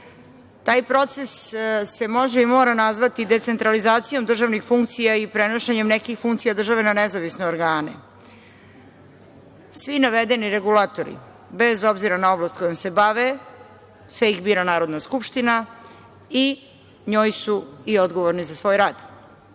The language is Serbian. Taj proces se može i mora nazvati decentralizacijom državnih funkcija i prenošenjem nekih funkcija na nezavisne organe. Svi navedeni regulatori, bez obzira na oblast kojom se bave, sve ih bira Narodna skupština i njoj su i odgovorni za svoj rad. Iz